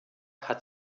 hat